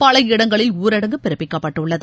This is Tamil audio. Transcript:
பல இடங்களில் ஊரடங்கு பிறப்பிக்கப்பட்டுள்ளது